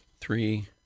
three